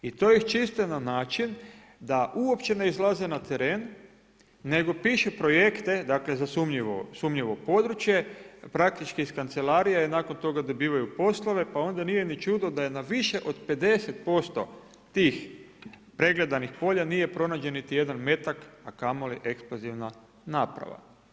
I to ih čiste na način da uopće ne izlaze na teren nego pišu projekte, dakle za sumnjivo područje, praktički iz kancelarije i nakon toga dobivaju poslove pa onda nije ni čudo da je na više od 50% tih pregledanih polja nije pronađen niti jedan metak a kamoli eksplozivna naprava.